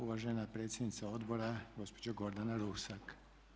Uvažena predsjednica odbora gospođa Gordana Rusak.